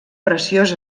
preciós